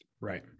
right